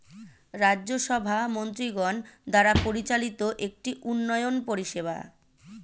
রাজ্য সভা মন্ত্রীগণ দ্বারা পরিচালিত একটি উন্নয়ন পরিষেবা